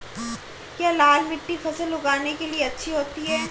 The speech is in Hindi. क्या लाल मिट्टी फसल उगाने के लिए अच्छी होती है?